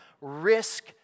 Risk